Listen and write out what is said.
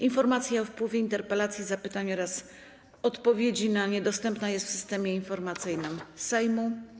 Informacja o wpływie interpelacji, zapytań oraz odpowiedzi na nie dostępna jest w Systemie Informacyjnym Sejmu.